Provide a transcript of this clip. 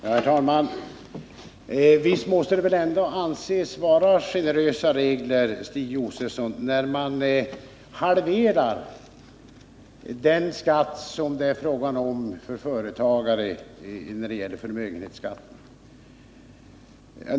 Herr talman! Visst måste det väl ändå anses vara generösa regler, Stig Josefson, när man halverar den skatt som det är fråga om för företagare vad gäller förmögenhetsskatten.